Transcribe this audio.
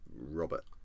Robert